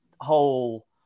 whole